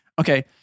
Okay